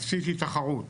עשיתי תחרות.